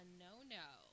no-no